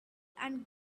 and